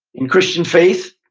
in christian faith,